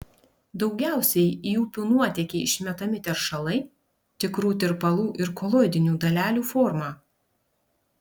daugiausiai į upių nuotėkį išmetami teršalai tikrų tirpalų ir koloidinių dalelių forma